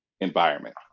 environment